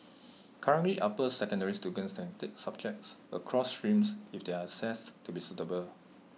currently upper secondary students can take subjects across streams if they are assessed to be suitable